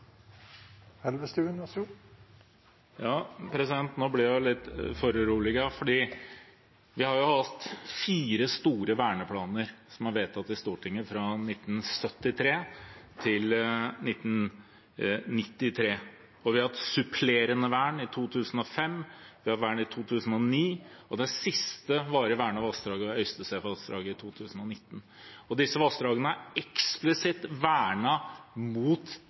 Nå ble jeg litt foruroliget, for det er fire store verneplaner som er vedtatt i Stortinget fra 1973 til 1993. Vi har hatt supplerende vern i 2005 og i 2009, og det siste varig vernede vassdraget var Øystesevassdraget, i 2019. Disse vassdragene er eksplisitt vernet mot